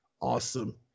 Awesome